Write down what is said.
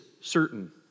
certain